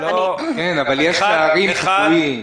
אבל יש פערים תפעוליים.